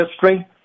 history